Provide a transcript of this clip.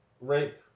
rape